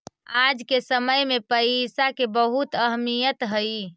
आज के समय में पईसा के बहुत अहमीयत हई